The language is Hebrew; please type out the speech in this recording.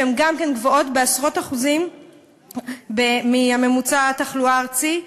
שהיא גם כן גבוהה בעשרות אחוזים מממוצע התחלואה הארצי,